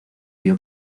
vio